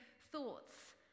thoughts